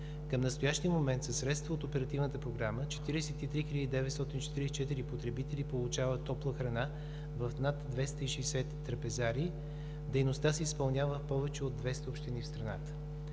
Към настоящия момент със средства от Оперативната програма 43 хил. 944 потребители получават топла храна в над 260 трапезарии. Дейността се изпълнява в повече от 200 общини в страната.